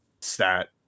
stat